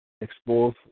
expose